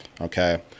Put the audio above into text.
Okay